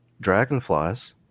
dragonflies